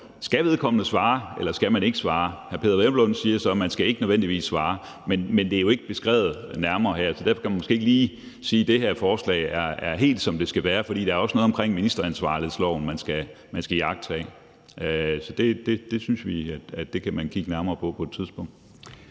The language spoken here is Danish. skal vedkommende svare, eller skal man ikke svare? Hr. Peder Hvelplund siger så, at man ikke nødvendigvis skal svare, men det er jo ikke beskrevet nærmere her, så derfor kan man måske ikke sige, at det her forslag er helt, som det skal være – for der er også noget omkring ministeransvarlighedsloven, man skal iagttage. Så det synes vi at man kan kigge nærmere på på et tidspunkt.